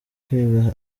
kwiga